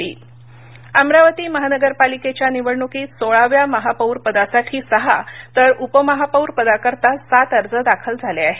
पालिका अमरावती अमरावती महानगरपालिकेच्या निवडणुकीत सोळाव्या महापौरपदासाठी सहा तर उपमहापौरपदाकरता सात अर्ज दाखल झाले आहेत